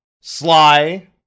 Sly